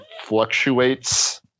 fluctuates